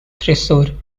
thrissur